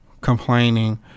complaining